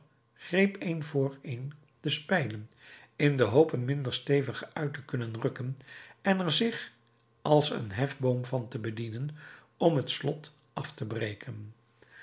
greep een voor een de spijlen in de hoop een minder stevige uit te kunnen rukken en er zich als een hefboom van te bedienen om het slot af te breken